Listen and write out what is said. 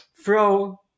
throw